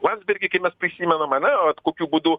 landsbergį kaip mes prisimenam ane vat kokiu būdu